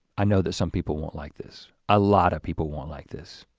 i know that some people won't like this. a lot of people won't like this.